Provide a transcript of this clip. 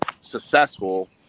successful